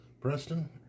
Preston